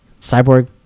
Cyborg